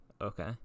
Okay